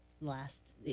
last